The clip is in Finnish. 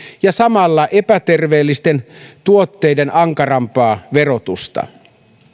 ja samalla epäterveellisten tuotteiden ankarampaa verotusta